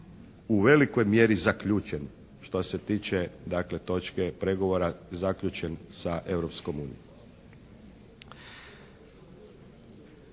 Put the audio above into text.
u velikoj mjeri zaključen što se tiče dakle točke pregovora zaključen sa